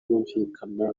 ryumvikana